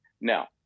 Now